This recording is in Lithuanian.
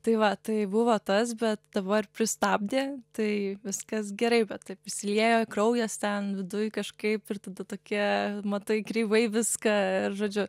tai va tai buvo tas bet dabar pristabdė tai viskas gerai bet taip išsiliejo kraujas ten viduj kažkaip ir tada tokie matai kreivai viską ir žodžiu